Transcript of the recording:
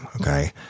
okay